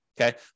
okay